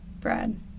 Brad